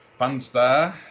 Funstar